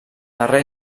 darrer